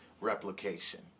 replication